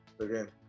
again